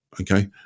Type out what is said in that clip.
okay